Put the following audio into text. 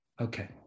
Okay